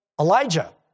Elijah